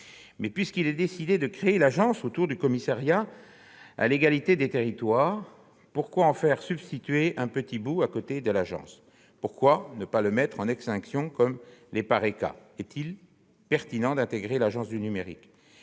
Mais, puisqu'il est décidé de créer l'agence autour du Commissariat général à l'égalité des territoires, le CGET, pourquoi faire subsister un petit bout de celui-ci à côté de l'agence ? Pourquoi ne pas le mettre en extinction, comme l'EPARECA ? Est-il pertinent d'intégrer l'Agence du numérique ?